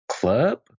club